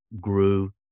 grew